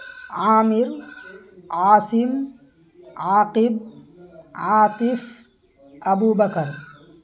Amir Asim Aqib Atif Abu Bakr